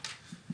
נכון.